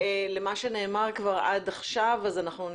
למה שנאמר עד עכשיו, אנחנו נשמח.